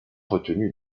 retenue